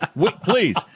please